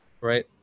right